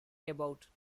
about